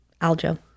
Aljo